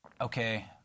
Okay